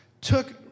took